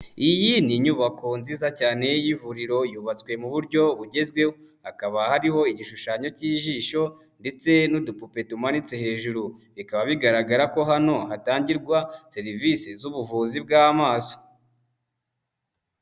Iyi ni inyubako nziza cyane y'ivuriro yubatswe mu buryo bugezweho, hakaba hariho igishushanyo cy'ijisho ndetse n'udupupe tumanitse hejuru, bikaba bigaragara ko hano hatangirwa serivisi z'ubuvuzi bw'amaso.